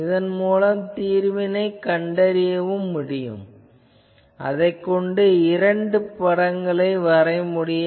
இதன் மூலம் தீர்வினைக் கண்டறிய முடியும் அதைக் கொண்டு இரண்டு வரைபடங்களை வரைய முடியும்